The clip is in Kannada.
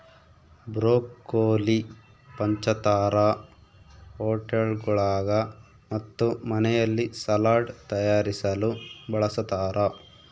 ಬ್ರೊಕೊಲಿ ಪಂಚತಾರಾ ಹೋಟೆಳ್ಗುಳಾಗ ಮತ್ತು ಮನೆಯಲ್ಲಿ ಸಲಾಡ್ ತಯಾರಿಸಲು ಬಳಸತಾರ